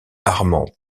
armand